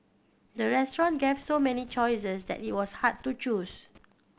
the restaurant gave so many choices that it was hard to choose